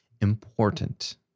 important